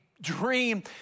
dream